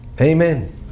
Amen